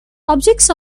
objects